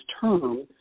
term